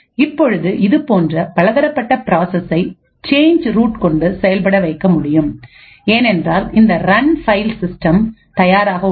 இப்பொழுது இது போன்ற பலதரப்பட்ட ப்ராசஸ்சை சேஞ்ச ரூட் கொண்டு செயல்பட வைக்க முடியும் ஏனென்றால் இந்த ரன் பைல் சிஸ்டம் தயாராக உள்ளது